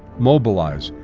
mobilize,